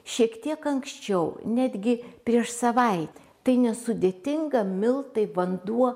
šiek tiek anksčiau netgi prieš savaitę tai nesudėtinga miltai vanduo